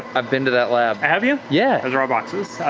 i've been to that lab. have you? yeah. those are our boxes.